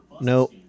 No